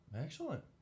Excellent